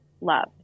love